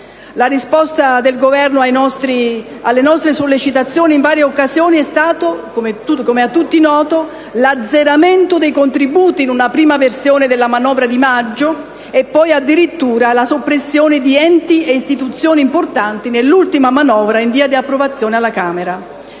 La risposta del Governo alle nostre sollecitazioni in varie occasioni è stato - com'è a tutti noto - l'azzeramento dei contributi in una prima versione della manovra di maggio e poi addirittura la soppressione di enti e istituzioni importanti nell'ultima manovra in via di approvazione alla Camera.